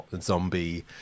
zombie